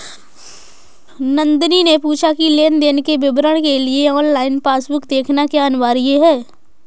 नंदनी ने पूछा की लेन देन के विवरण के लिए ऑनलाइन पासबुक देखना क्या अनिवार्य है?